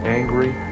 angry